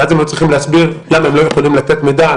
ואז הם היו צריכים להסביר למה הם לא יכולים לתת מידע על